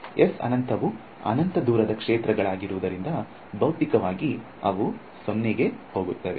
S ಅನಂತವು ಅನಂತ ದೂರದ ಕ್ಷೇತ್ರಗಳಾಗಿರುವುದರಿಂದ ಭೌತಿಕವಾಗಿ ಅವು 0 ಕ್ಕೆ ಹೋಗುತ್ತವೆ